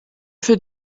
für